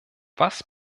was